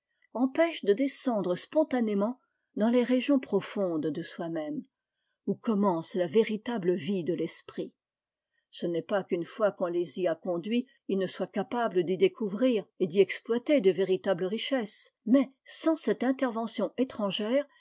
empêche de descendre spontanément dans les régions profondes de soi-même où commence la véritable vie de l'esprit ce n'est pas qu'une fois qu'on les y a conduits ils ne soient capables d'y découvrir et d'y exploiter de véritables richesses mais sans cette intervention étrangère